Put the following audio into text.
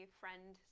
friend